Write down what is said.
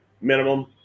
Minimum